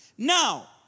Now